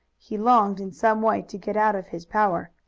he longed in some way to get out of his power.